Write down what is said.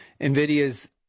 NVIDIA's